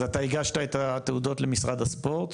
אז אתה הגשת את התעודות למשרד הספורט,